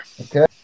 Okay